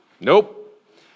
Nope